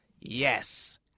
Yes